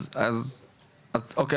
אז אוקי,